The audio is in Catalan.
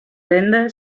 renda